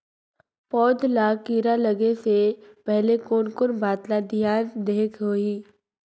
पौध ला कीरा लगे से पहले कोन कोन बात ला धियान देहेक होही?